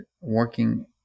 working